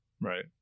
Right